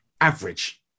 average